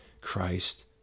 Christ